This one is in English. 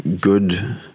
good